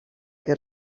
que